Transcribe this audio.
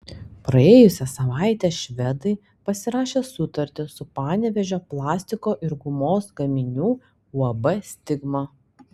praėjusią savaitę švedai pasirašė sutartį su panevėžio plastiko ir gumos gaminių uab stigma